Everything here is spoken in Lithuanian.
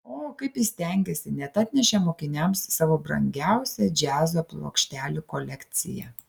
o kaip jis stengėsi net atnešė mokiniams savo brangiausią džiazo plokštelių kolekciją